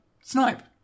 Snipe